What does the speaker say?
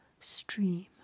stream